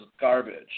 garbage